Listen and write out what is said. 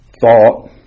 thought